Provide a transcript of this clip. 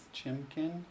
Chimkin